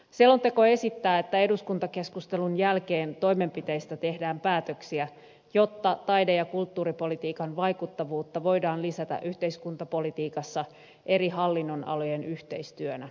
selonteko esittää että eduskuntakeskustelun jälkeen toimenpiteistä tehdään päätöksiä jotta taide ja kulttuuripolitiikan vaikuttavuutta voidaan lisätä yhteiskuntapolitiikassa eri hallinnonalojen yhteistyönä